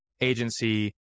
agency